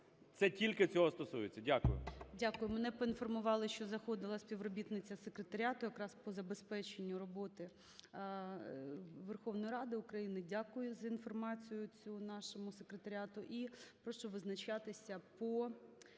Це тільки цього стосується. Дякую.